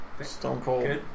Stone-cold